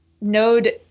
node